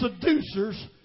seducers